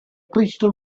crystal